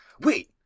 Wait